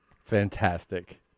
Fantastic